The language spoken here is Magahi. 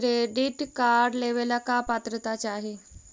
क्रेडिट कार्ड लेवेला का पात्रता चाही?